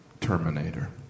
Terminator